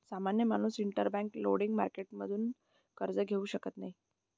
सामान्य माणूस interbank lending मार्केटतून कर्ज घेऊ शकत नाही